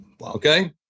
Okay